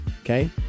Okay